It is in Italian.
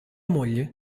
moglie